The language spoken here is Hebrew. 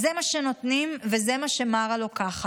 אז זה מה שנותנים, וזה מה שמארה לוקחת.